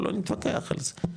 או לא נתווכח על זה,